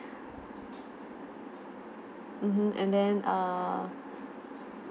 mmhmm and then uh